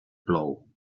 plou